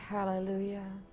Hallelujah